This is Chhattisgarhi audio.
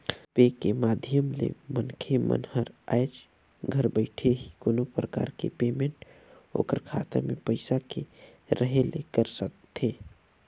फोन पे के माधियम ले मनखे मन हर आयज घर बइठे ही कोनो परकार के पेमेंट ओखर खाता मे पइसा के रहें ले कर सकथे